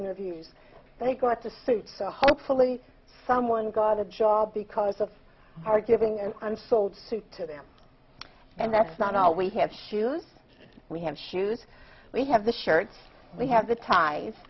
interviews they got to see it so hopefully someone got a job because of our giving and unfold suit them and that's not all we have shoes we have shoes we have the shirts we have the ties